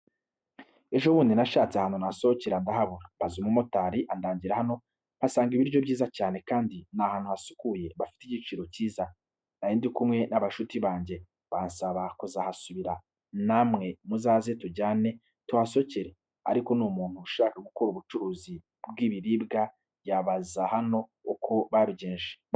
Ejobundi nashatse ahantu nsohokera ndahabura mbaza umumotari andangira hano mpasanga ibiryo byiza cyane kandi nahantu hasukuye bafite igiciro cyiza narindikumwe nabashuti bange bansaba kuzahasubira namwe muzaze tujyane tuhasohokere ariko n,umuntu ushaka gukora ubucuruzi bwibiribwa yabazahano uko babigenjeje.